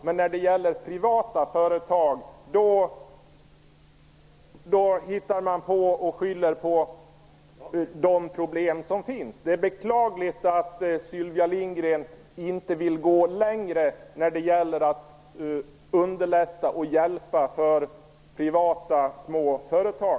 Men när det gäller privata företag då skyller man på de problem som finns. Det är beklagligt att Sylvia Lindgren inte vill gå längre ifråga om att underlätta för och hjälpa små privata företag.